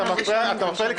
אתה מפריע לי.